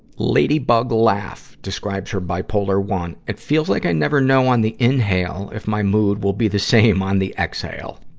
ladybug laugh describes her bipolar i it feels like i never know on the inhale if my mood will be the same on the exhale.